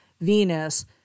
Venus